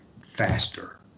faster